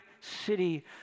city